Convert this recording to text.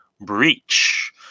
Breach